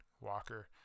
Walker